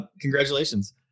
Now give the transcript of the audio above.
Congratulations